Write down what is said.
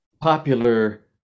popular